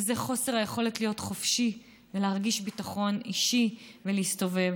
וזה חוסר היכולת להיות חופשי ולהרגיש ביטחון אישי ולהסתובב.